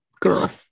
girl